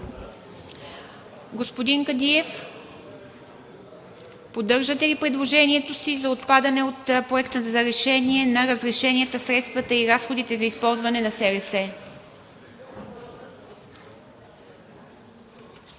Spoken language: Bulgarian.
Господин Кадиев, поддържате ли предложението си за отпадане от Проекта за решение на: „разрешенията, средствата и разходите за използване на СРС“?